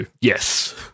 yes